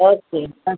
okay બસ